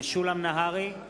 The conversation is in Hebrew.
משולם נהרי,